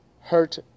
hurt